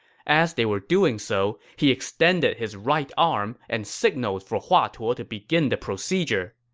as they were doing so, he extended his right arm and signaled for hua tuo to begin the procedure.